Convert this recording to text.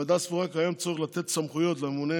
הוועדה בראשותי סבורה כי קיים צורך לתת סמכויות לממונה